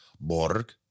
Borg